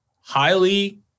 highly